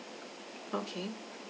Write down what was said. okay